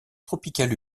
tropicale